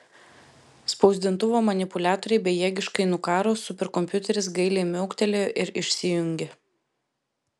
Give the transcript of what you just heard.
spausdintuvo manipuliatoriai bejėgiškai nukaro superkompiuteris gailiai miauktelėjo ir išsijungė